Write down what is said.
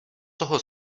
toho